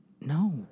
No